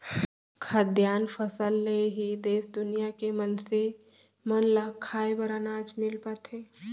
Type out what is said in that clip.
खाद्यान फसल ले ही देस दुनिया के मनसे मन ल खाए बर अनाज मिल पाथे